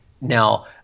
now